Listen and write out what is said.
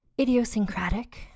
idiosyncratic